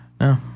No